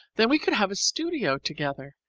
then we could have a studio together?